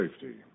safety